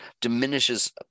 diminishes